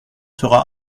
sera